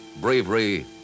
bravery